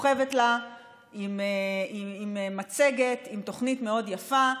ששוכבת לה עם מצגת, תוכנית מאוד יפה.